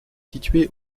situé